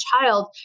child